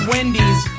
Wendy's